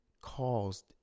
caused